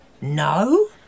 No